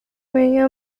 medio